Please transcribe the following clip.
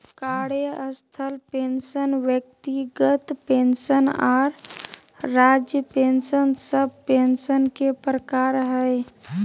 कार्यस्थल पेंशन व्यक्तिगत पेंशन आर राज्य पेंशन सब पेंशन के प्रकार हय